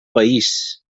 país